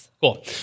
Cool